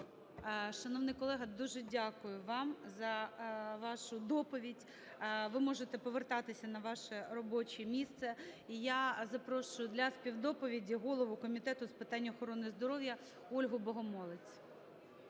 Шановний колего, дуже дякую вам за вашу доповідь. Ви можете повертатися на ваше робоче місце. І я запрошую для співдоповіді голову Комітету з питань охорони здоров'я Ольгу Богомолець.